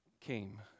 came